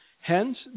Hence